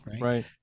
Right